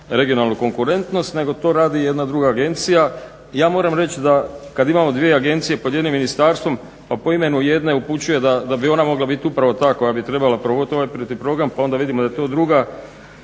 regionalnu konkurentnost nego to radi jedna druga agencija. Ja moram reći da kad imamo dvije agencije pod jednim ministarstvom pa po imenu jedne upućuje da bi ona mogla biti upravo ta koja bi trebala provoditi …/Govornik se ne razumije./… program, pa vidimo da je to druga.